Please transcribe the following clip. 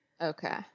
okay